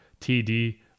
TD